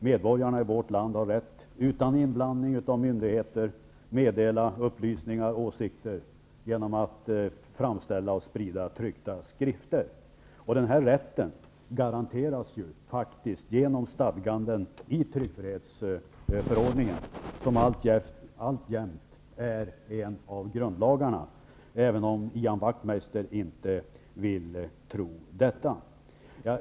Medborgarna i vårt land har, utan inblandning av myndigheter, rätt att meddela upplysningar och åsikter genom att framställa och sprida tryckta skrifter. Den här rätten garanteras ju faktiskt genom stadganden i tryckfrihetsförordningen, som alltjämt är en av grundlagarna, även om Ian Wachtmeister inte vill tro det.